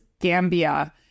Gambia